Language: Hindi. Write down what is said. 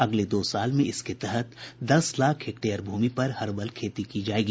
अगले दो वर्ष में इसके तहत दस लाख हेक्टेयर भूमि पर हर्बल खेती की जाएगी